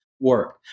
work